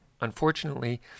unfortunately